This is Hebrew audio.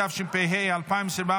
התשפ"ה 2024,